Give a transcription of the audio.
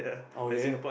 okay